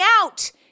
out